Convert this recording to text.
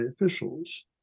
officials